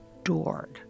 adored